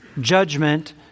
judgment